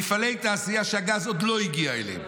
מפעלי תעשייה שהגז עוד לא הגיע אליהם,